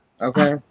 Okay